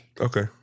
Okay